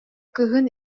кыыһын